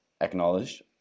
acknowledged